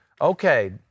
okay